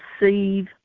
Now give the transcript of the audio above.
Receive